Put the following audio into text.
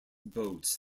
boats